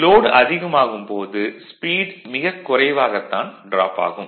load அதிகமாகும் போது speed மிகக் குறைவாக தான் டிராப் ஆகும்